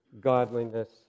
godliness